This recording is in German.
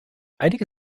einige